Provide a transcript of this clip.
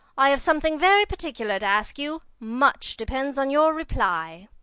i have something very particular to ask you. much depends on your reply.